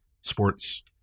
Sports